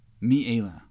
Mi'ela